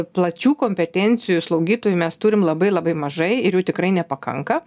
plačių kompetencijų slaugytojų mes turim labai labai mažai ir jų tikrai nepakanka